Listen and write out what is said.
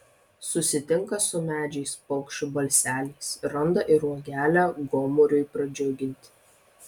susitinka su medžiais paukščių balseliais randa ir uogelę gomuriui pradžiuginti